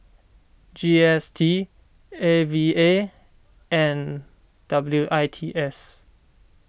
G S T A V A and W I T S